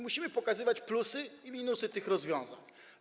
Musimy pokazywać plusy i minusy tych rozwiązań.